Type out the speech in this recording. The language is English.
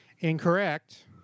Incorrect